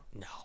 No